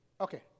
Okay